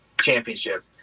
championship